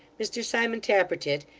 mr simon tappertit,